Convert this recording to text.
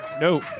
No